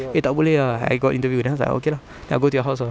eh tak boleh ah I got interview then I was like oh okay lah then I go to your house ah